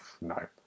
no